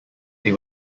they